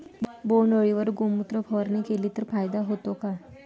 बोंडअळीवर गोमूत्र फवारणी केली तर फायदा होतो का?